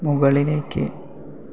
മുകളിലേക്ക്